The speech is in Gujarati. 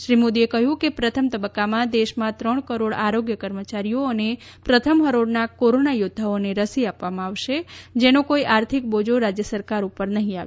શ્રી મોદીએ કહ્યું કે પ્રથમ તબક્કામાં દેશમાં ત્રણ કરોડ આરોગ્ય કર્મચારીઓ અને પ્રથમ હરોળના કોરોના યોદ્ધાઓને રસી આપવામાં આવશે જેનો કોઈ આર્થિક બોજો રાજ્ય સરકાર ઉપર નહીં આવે